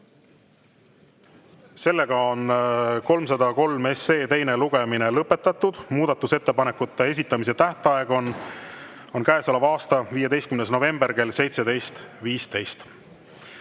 lõpetada. 303 SE teine lugemine on lõpetatud, muudatusettepanekute esitamise tähtaeg on käesoleva aasta 15. november kell 17.15.